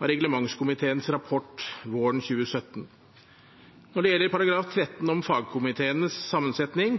av reglementskomiteens rapport våren 2017. Når det gjelder § 13 om fagkomiteenes sammensetning,